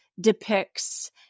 depicts